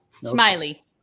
Smiley